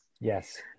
Yes